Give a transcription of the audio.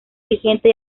vigente